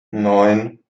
neun